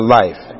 life